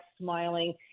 smiling